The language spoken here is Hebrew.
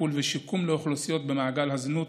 טיפול ושיקום לאוכלוסיות במעגל הזנות,